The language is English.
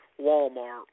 Walmart